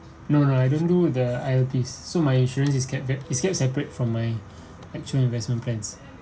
no no I don't do the l_L_Ps so my insurance is kept back is kept separate from my actual investment plans